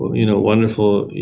you know, wonderful